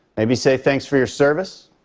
maybe say, thanks for your service.